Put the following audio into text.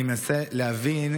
אני מנסה להבין,